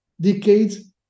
decades